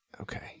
Okay